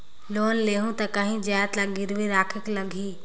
Loan लेहूं ता काहीं जाएत ला गिरवी रखेक लगही?